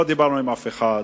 לא דיברנו עם אף אחד,